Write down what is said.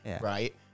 Right